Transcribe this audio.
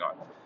on